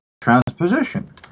transposition